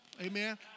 Amen